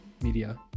Media